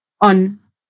on